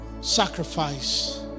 Sacrifice